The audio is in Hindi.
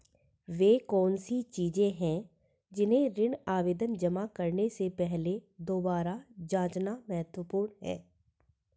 वे कौन सी चीजें हैं जिन्हें ऋण आवेदन जमा करने से पहले दोबारा जांचना महत्वपूर्ण है?